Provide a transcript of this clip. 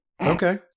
Okay